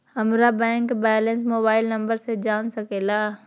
हमारा bank balance mobile number से जान सके ला?